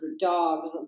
dogs